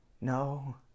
no